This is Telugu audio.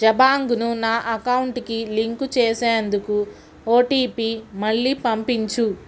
జబాంగ్ను నా అకౌంటుకి లింకు చేసేందుకు ఓటిపి మళ్ళీ పంపించు